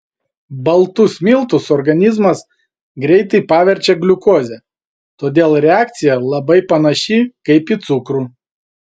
baltus miltus organizmas greitai paverčia gliukoze todėl reakcija labai panaši kaip į cukrų